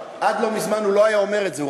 עד לא מזמן הוא לא היה אומר את זה,